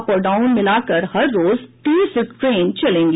up तथा down मिलाकर हर रोज तीस ट्रेन चलेंगी